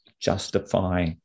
justify